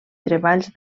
treballs